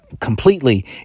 completely